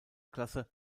klasse